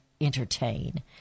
entertain